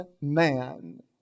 man